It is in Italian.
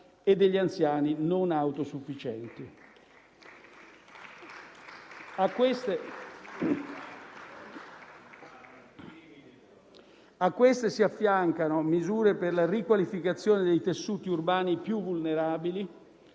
e degli anziani non autosufficienti. A queste si affiancano misure per la riqualificazione dei tessuti urbani più vulnerabili,